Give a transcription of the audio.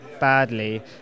badly